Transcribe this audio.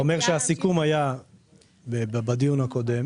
אתה אומר שהסיכום היה בדיון הקודם.